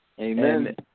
Amen